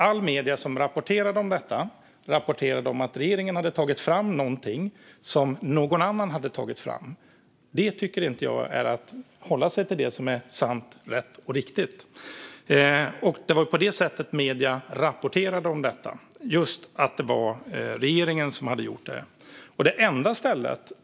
Alla medier rapporterade att det var regeringen som hade tagit fram detta även om det var någon annan som hade tagit fram det. Då håller man sig inte till det som är sant, rätt och riktigt.